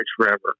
forever